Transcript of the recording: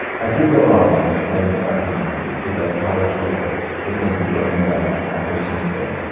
i could go on and extend this documentary to the power struggle within the guomindang after sun's death,